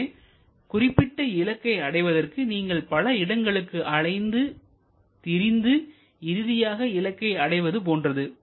எனவே குறிப்பிட்ட இலக்கை அடைவதற்கு நீங்கள் பல இடங்களுக்கு அலைந்து பிரிந்து இறுதியாக இலக்கை அடைவது போன்றது